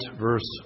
verse